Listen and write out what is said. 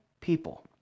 people